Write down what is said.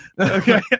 okay